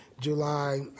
July